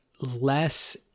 less